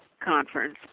Conference